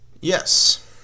Yes